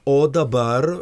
o dabar